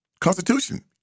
Constitution